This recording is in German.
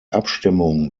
abstimmung